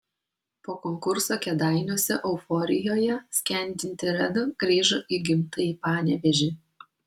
po konkurso kėdainiuose euforijoje skendinti reda grįžo į gimtąjį panevėžį